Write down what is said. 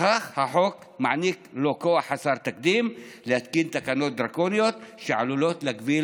בכך החוק מעניק לו כוח חסר תקדים להתקין תקנות דרקוניות שעלולות להגביל